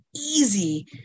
easy